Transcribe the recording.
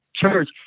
church